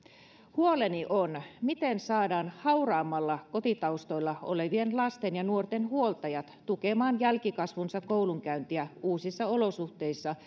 huoleni on miten saadaan hauraimmilla kotitaustoilla olevien lasten ja nuorten huoltajat tukemaan jälkikasvunsa koulunkäyntiä uusissa olosuhteissa